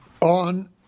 on